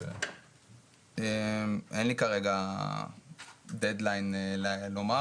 אין לי כרגע דד-ליין לומר.